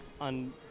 on